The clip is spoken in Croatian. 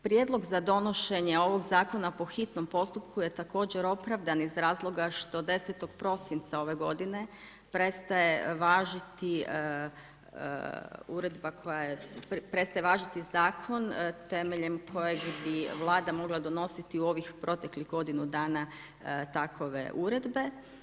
Prijedlog za donošenje ovog zakona po hitnom postupku je također opravdan iz razloga što 10.12. ove g. prestaje važiti uredba koja je, prestaje važiti zakon, temeljem kojeg bi vlada mogla donositi u ovih proteklih godinu dana takove uredbe.